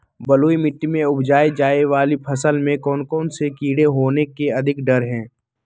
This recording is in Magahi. बलुई मिट्टी में उपजाय जाने वाली फसल में कौन कौन से कीड़े होने के अधिक डर हैं?